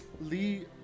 Lee